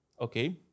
Okay